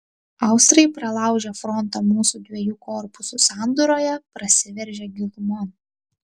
austrai pralaužę frontą mūsų dviejų korpusų sandūroje prasiveržė gilumon